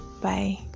Bye